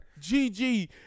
GG